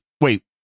wait